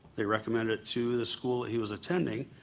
they recommended to the school that he was attending.